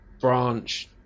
branch